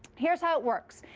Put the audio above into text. here's how it works.